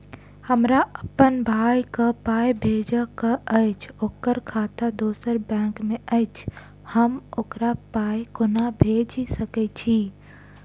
हमरा अप्पन भाई कऽ पाई भेजि कऽ अछि, ओकर खाता दोसर बैंक मे अछि, हम ओकरा पाई कोना भेजि सकय छी?